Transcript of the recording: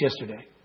yesterday